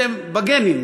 זה בגנים,